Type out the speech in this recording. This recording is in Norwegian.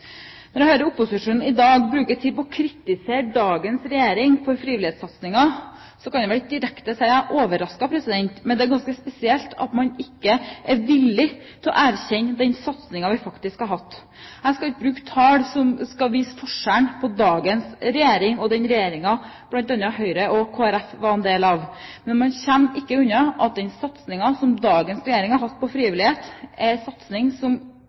Når jeg hører opposisjonen i dag bruke tid på å kritisere dagens regjering for frivillighetssatsingen, kan jeg ikke si at jeg er direkte overrasket, men det er ganske spesielt at man ikke er villig til å erkjenne den satsingen vi faktisk har hatt. Jeg skal ikke bruke tall som viser forskjellen på dagens regjering og den regjeringen bl.a. Høyre og Kristelig Folkeparti var en del av, men man kommer ikke unna at den satsingen som dagens regjering har hatt på frivillighet, er en satsing som